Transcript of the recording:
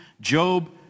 Job